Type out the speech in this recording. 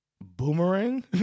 Boomerang